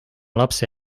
lapse